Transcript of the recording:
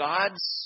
God's